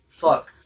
fuck